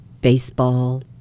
baseball